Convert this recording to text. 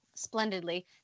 Splendidly